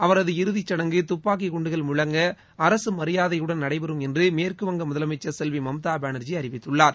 அவரது இறுதிச் சுடங்கு துப்பாக்கி குண்டுகள் முழங்க அரசு மரியாதையுடன் நடைபெறும் என்று மேற்கு வங்க முதலமைச்சர் செல்வி மம்தா பானர்ஜி அறிவித்துள்ளார்